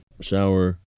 shower